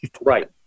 Right